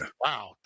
wow